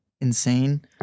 insane